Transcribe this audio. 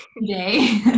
today